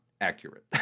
accurate